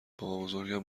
بابابزرگم